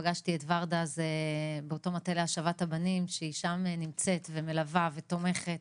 שפגשתי את ורדה במטה להשבת הבנים ששם היא נמצאת ומלווה ותומכת